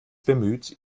bemüht